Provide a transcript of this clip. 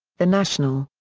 the national.